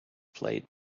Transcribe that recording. played